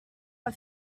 are